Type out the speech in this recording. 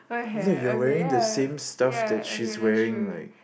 like you're wearing the same stuff that she's wearing like